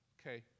Okay